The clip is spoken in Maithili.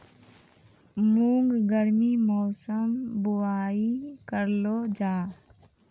मूंग गर्मी मौसम बुवाई करलो जा?